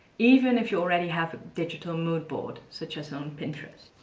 even if you already have a digital mood board such as on pinterest.